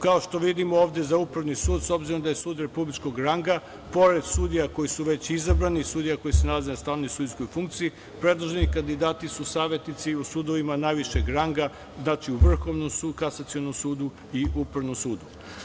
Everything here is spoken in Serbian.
Kao što vidimo ovde sa Upravni sud, s obzirom da je sud republičkog ranga, pored sudija koji su već izabrani, sudije koji se nalazi na stalnoj sudijskoj funkciji, predloženi kandidati su savetnici u sudovima najvišeg ranga, znači, u Vrhovnom kasacionom sudu i Upravnom sudu.